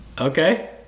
okay